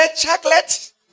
chocolate